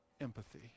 empathy